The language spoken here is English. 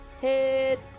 hit